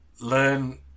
Learn